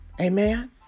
Amen